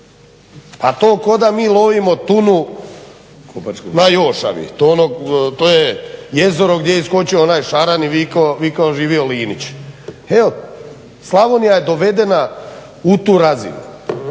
a to kao da mi lovimo tunu na Jošavi, to je jezero gdje je iskočio onaj šaran i vikao živio Linić. Evo Slavonija je dovedena u tu razinu